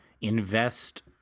invest